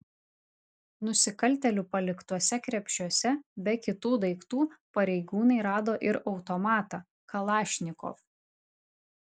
nusikaltėlių paliktuose krepšiuose be kitų daiktų pareigūnai rado ir automatą kalašnikov